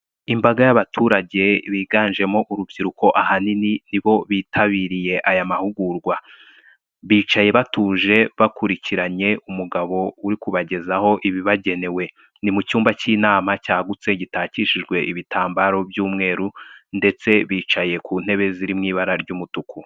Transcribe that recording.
Imbaga y'abaturage biganjemo urubyiruko, ahanini ni bo bitabiriye aya mahugurwa. Bicaye batuje, bakurikiranye umugabo uri kubagezaho ibibagenewe. Ni mu cyumba cy'inama cyagutse, gitakishijwe ibitambaro by'umweru ndetse bicaye ku ntebe ziri mu ibara ry'umutuku.